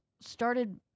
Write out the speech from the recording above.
started